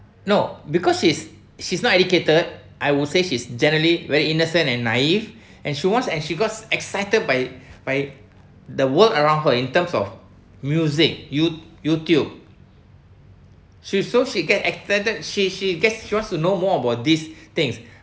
no because she is she's not educated I would say she is generally very innocent and naive and she wants and she got excited by by the world around her in terms of music you~ Youtube she so she get excited she she gets she wants to know more about these things